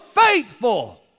faithful